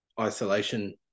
isolation